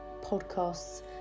podcasts